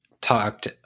talked